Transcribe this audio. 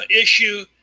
issue